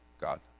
God